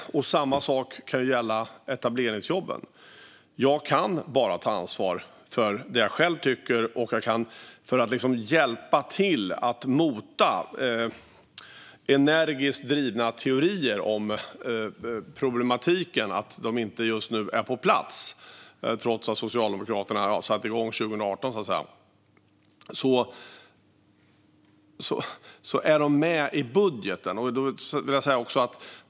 Samma sak kan gälla etableringsjobben. Jag kan bara ta ansvar för det jag själv tycker. För att hjälpa till att mota energiskt drivna teorier om problematiken med att de just nu inte är på plats, trots att Socialdemokraterna satte igång 2018, kan jag säga att etableringsjobben finns med i budgeten.